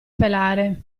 pelare